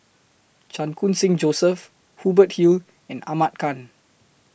Chan Khun Sing Joseph Hubert Hill and Ahmad Khan